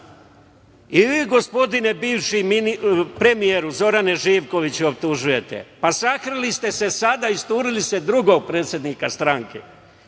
vi, gospodine bivši premijeru, Zoranu Živkoviću, optužujete. Sakrili ste se sada i isturili ste drugog predsednika stranke,